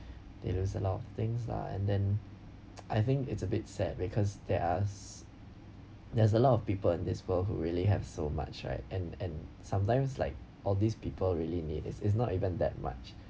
they lose a lot of things lah and then I think it's a bit sad because there are there's a lot of people in this world who really have so much right and and sometimes like all these people really need it's it's not even that much